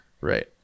Right